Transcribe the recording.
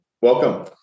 Welcome